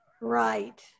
right